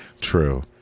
True